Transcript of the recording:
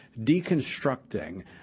deconstructing